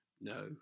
No